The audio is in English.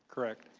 correct.